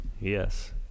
Yes